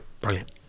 Brilliant